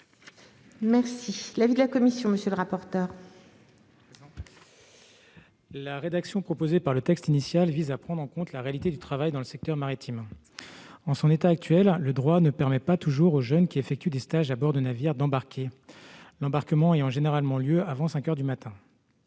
est l'avis de la commission ? La rédaction du projet de loi initial vise à prendre en compte la réalité du travail dans le secteur maritime. En son état actuel, le droit ne permet pas toujours aux jeunes qui effectuent des stages à bord de navires d'embarquer, l'embarquement ayant généralement lieu avant cinq heures du matin.